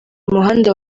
umuhanda